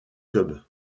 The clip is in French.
club